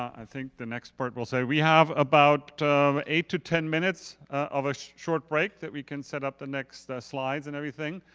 i think the next part will say. we have about eight to ten minutes of a short break that we can set up the next slides and everything.